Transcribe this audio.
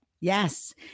yes